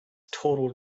total